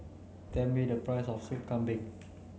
tell me the price of Soup Kambing